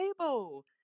table